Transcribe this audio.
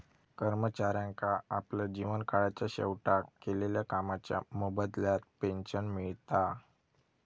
कर्मचाऱ्यांका आपल्या जीवन काळाच्या शेवटाक केलेल्या कामाच्या मोबदल्यात पेंशन मिळता